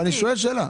אני שואל שאלה.